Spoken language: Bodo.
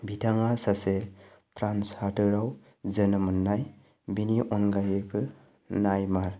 बिथाङा सासे फ्रान्स हादराव जोनोम मोननाय बेनि अनगायैबो नैमार